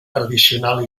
tradicional